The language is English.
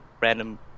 random